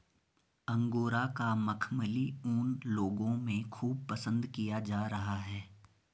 angora का मखमली ऊन लोगों में खूब पसंद किया जा रहा है